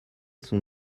son